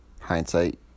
hindsight